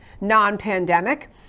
non-pandemic